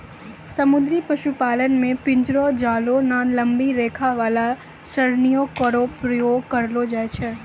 समुद्री पशुपालन म पिंजरो, जालों नै त लंबी रेखा वाला सरणियों केरो प्रयोग करलो जाय छै